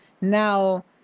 Now